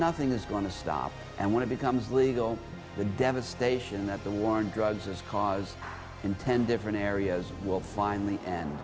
nothing is going to stop and when it becomes legal the devastation that the war and drugs is caused in ten different areas will fin